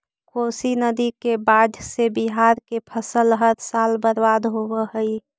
कोशी नदी के बाढ़ से बिहार के फसल हर साल बर्बाद होवऽ हइ